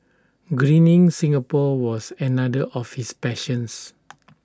Greening Singapore was another of his passions